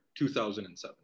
2007